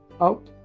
out